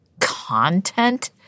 content